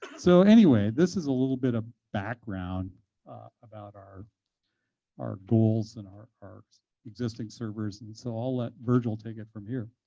so anyway, this is a little bit of background about our our goals and our our existing servers. and so i'll let virgil take it from here.